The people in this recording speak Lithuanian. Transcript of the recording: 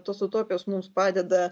tos utopijos mums padeda